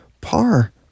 par